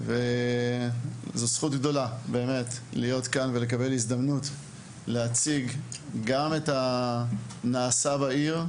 זוהי זכות גדולה להיות כאן ולקבל הזדמנות להציג את הנעשה בעיר,